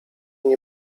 nie